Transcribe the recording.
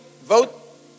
vote